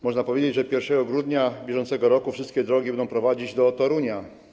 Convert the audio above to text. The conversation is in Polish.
Można powiedzieć, że 1 grudnia br. wszystkie drogi będą prowadzić do Torunia.